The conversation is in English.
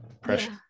pressure